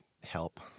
help